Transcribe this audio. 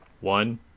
One